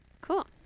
Cool